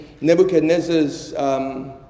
Nebuchadnezzar's